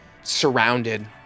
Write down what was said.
surrounded